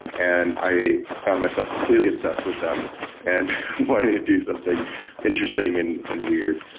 and i found myself completely obsessed with them and wanted to do something interesting and and weird.